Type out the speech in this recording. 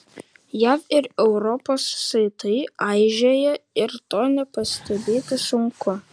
jav ir europos saitai aižėja ir to nepastebėti sunku